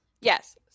Yes